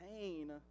pain